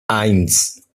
eins